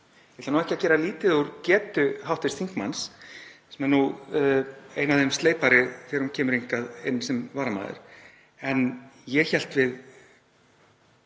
Ég ætla ekki að gera lítið úr getu hv. þingmanns, sem er nú ein af þeim sleipari þegar hún kemur hingað inn sem varamaður, en ég hélt að